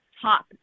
top